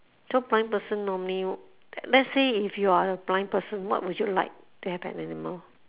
so blind person normally let's say if you are a blind person what would you like to have an animal